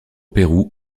pérou